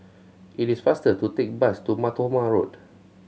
it is faster to take the bus to Mar Thoma Road